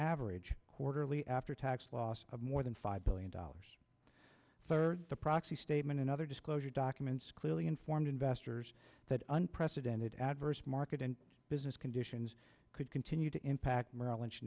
average quarterly after tax loss of more than five billion dollars third the proxy statement and other disclosure documents clearly informed that unprecedented adverse market and business conditions could continue to impact merrill lynch